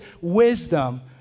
wisdom